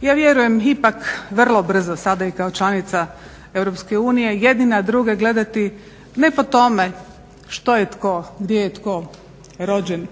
ja vjerujem ipak vrlo brzo sada kao i članica EU jedni na druge gledati ne po tome što je tko, gdje je tko rođen,